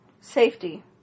safety